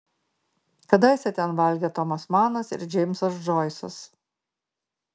kadaise ten valgė tomas manas ir džeimsas džoisas